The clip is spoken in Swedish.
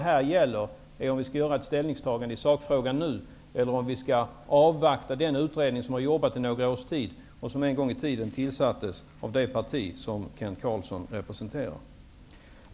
Nu gäller det om det skall göras ett slutligt ställningstagande i sakfrågan nu eller om vi skall avvakta den utredning som har jobbat i några års tid och som tillsattes av det parti som Kent Carlsson representerar.